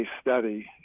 study